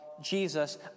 Jesus